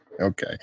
Okay